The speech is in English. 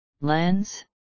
Lens